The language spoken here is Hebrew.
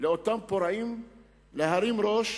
לאותם פורעים להרים ראש